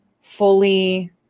fully